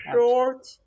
short